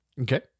Okay